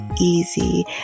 easy